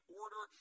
order